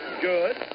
Good